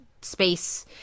space